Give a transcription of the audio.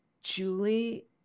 Julie